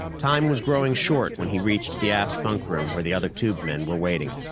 time was growing short when he reached the aft bunkroom where the other tubemen were waiting.